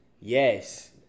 yes